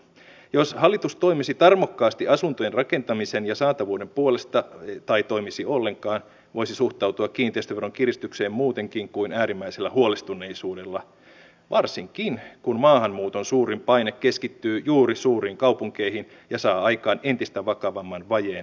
jos hallitus toimisi tarmokkaasti asuntojen rakentamisen ja saatavuuden puolesta tai toimisi ollenkaan voisi suhtautua kiinteistöveron kiristykseen muutenkin kuin äärimmäisellä huolestuneisuudella varsinkin kun maahanmuuton suurin paine keskittyy juuri suuriin kaupunkeihin ja saa aikaan entistä vakavamman vajeen kohtuuhintaisista asunnoista